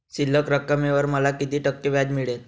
शिल्लक रकमेवर मला किती टक्के व्याज मिळेल?